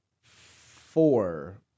four